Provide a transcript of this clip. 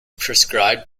prescribed